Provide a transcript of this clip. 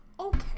Okay